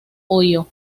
ohio